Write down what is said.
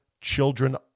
children